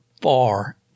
far